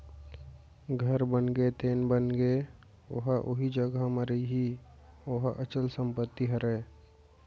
घर बनगे तेन बनगे ओहा उही जघा म रइही ओहा अंचल संपत्ति हरय